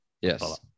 yes